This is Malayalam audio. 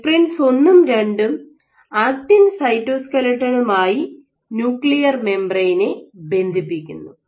നെസ്പ്രിൻസ് ഒന്നും രണ്ടും Nesprins 1 2 ആക്റ്റിൻ സൈറ്റോസ്ക്ലെറ്റോണുമായി ന്യൂക്ലിയർ മെംബ്രയ്നെ ബന്ധിപ്പിക്കുന്നു